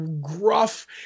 gruff